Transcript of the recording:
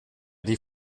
die